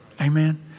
Amen